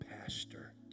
pastor